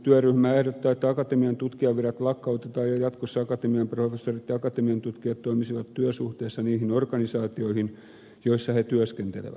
työryhmä ehdottaa että akatemian tutkijanvirat lakkautetaan ja jatkossa akatemiaprofessorit ja akatemiatutkijat toimisivat työsuhteessa niihin organisaatioihin joissa he työskentelevät